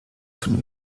von